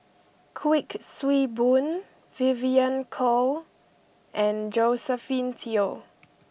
Kuik Swee Boon Vivien Goh and Josephine Teo